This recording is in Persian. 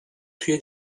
توی